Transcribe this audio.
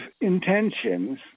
intentions